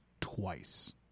twice